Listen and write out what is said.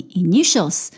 initials